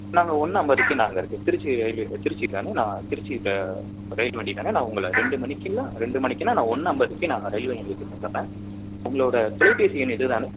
நான் அங்கே ஒன்று ஐம்பதுக்கே நான் அங்கே இருப்பேன் திருச்சி ரயில்வே திருச்சி தானே நான் திருச்சி த ரயில் வண்டி தானே நான் உங்களை ரெண்டு மணிக்கெலாம் ரெண்டு மணிக்குனா நான் ஒன்று ஐம்பதுக்கே நான் ரயில்வே நிலையத்துக்கு வந்துடுறேன் உங்களோடய தொலைபேசி எண் இது தானே